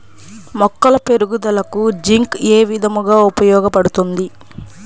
మొక్కల పెరుగుదలకు జింక్ ఏ విధముగా ఉపయోగపడుతుంది?